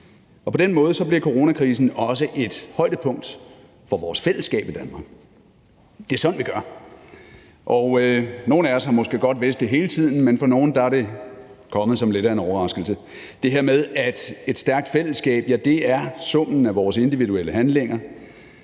på den måde bliver coronakrisen også et højdepunkt for vores fællesskab i Danmark. Det er sådan, vi gør. Og nogle af os har måske godt vidst det hele tiden, men for andre er det kommet som lidt af en overraskelse: det her med, at et stærkt fællesskab, ja, det er summen af vores individuelle handlinger.